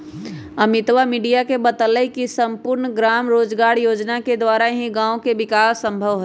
अमितवा ने मीडिया के बतल कई की सम्पूर्ण ग्राम रोजगार योजना के द्वारा ही गाँव के विकास संभव हई